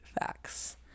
facts